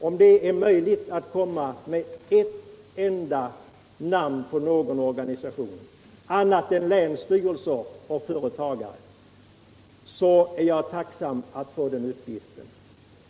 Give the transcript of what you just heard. Om det är möjligt att komma med ett enda namn på någon annan instans än länsstyrelser och företagare, så är jag tacksam att få den uppgiften.